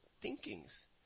thinkings